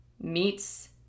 meets